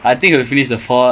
I mean ya